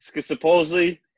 supposedly